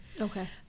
Okay